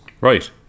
Right